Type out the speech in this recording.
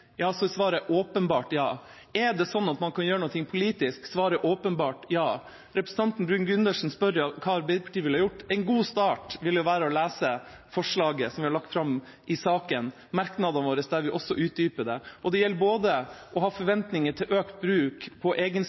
svaret åpenbart ja. Er det slik at man kan gjøre noe politisk? Svaret er åpenbart ja. Representanten Bruun-Gundersen spør om hva Arbeiderpartiet ville ha gjort. En god start ville være å lese forslaget som vi har lagt fram i saken, og merknadene våre der vi utdyper det. Det gjelder både å ha forventninger til økt tidsbruk på